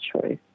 choice